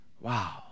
Wow